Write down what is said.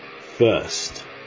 First